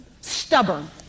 stubborn